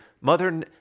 mother